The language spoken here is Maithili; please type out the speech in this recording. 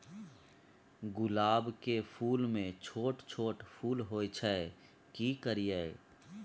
गुलाब के फूल में छोट छोट फूल होय छै की करियै?